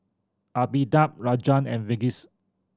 Amitabh Rajan and Verghese